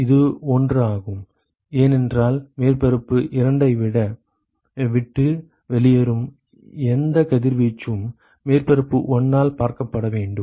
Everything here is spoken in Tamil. இது 1 ஆகும் ஏனென்றால் மேற்பரப்பு 2 ஐ விட்டு வெளியேறும் எந்த கதிர்வீச்சும் மேற்பரப்பு 1 ஆல் பார்க்கப்பட வேண்டும்